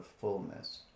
fullness